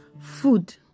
food